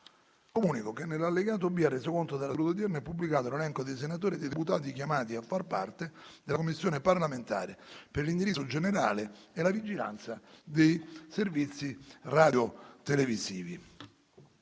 Comunico che nell’allegato B al Resoconto della seduta odierna è pubblicato l’elenco dei senatori e dei deputati chiamati a far parte della Commissione parlamentare per l’indirizzo generale e la vigilanza dei servizi radiotelevisivi.